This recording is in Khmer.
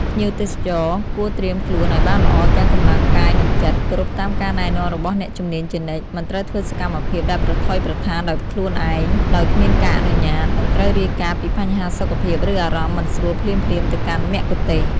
ភ្ញៀវទេសចរគួរត្រៀមខ្លួនឱ្យបានល្អទាំងកម្លាំងកាយនិងចិត្ត គោរពតាមការណែនាំរបស់អ្នកជំនាញជានិច្ច មិនត្រូវធ្វើសកម្មភាពដែលប្រថុយប្រថានដោយខ្លួនឯងដោយគ្មានការអនុញ្ញាត និងត្រូវរាយការណ៍ពីបញ្ហាសុខភាពឬអារម្មណ៍មិនស្រួលភ្លាមៗទៅកាន់មគ្គុទ្ទេសក៍។